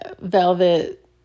velvet